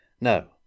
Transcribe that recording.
No